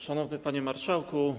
Szanowny Panie Marszałku!